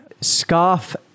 Scarf